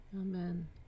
Amen